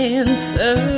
answer